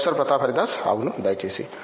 professor Pratap Haridas అవును దయచేసి